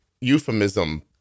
euphemism